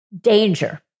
danger